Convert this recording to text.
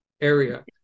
area